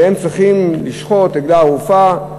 והם צריכים לשחוט עגלה ערופה,